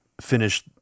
finish